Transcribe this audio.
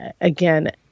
Again